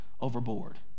overboard